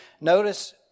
Notice